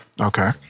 Okay